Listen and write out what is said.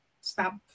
stop